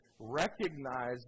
recognize